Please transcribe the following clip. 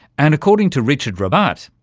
and, according to richard rabbat,